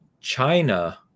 China